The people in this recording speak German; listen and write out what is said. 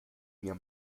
mir